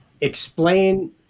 Explain